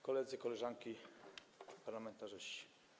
Koledzy, Koleżanki Parlamentarzyści!